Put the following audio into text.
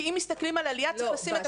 כי אם מסתכלים על עלייה צריך לשים את